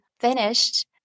finished